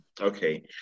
Okay